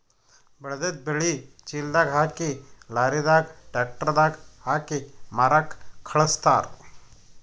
ಬೆಳೆದಿದ್ದ್ ಬೆಳಿ ಚೀಲದಾಗ್ ಹಾಕಿ ಲಾರಿದಾಗ್ ಟ್ರ್ಯಾಕ್ಟರ್ ದಾಗ್ ಹಾಕಿ ಮಾರಕ್ಕ್ ಖಳಸ್ತಾರ್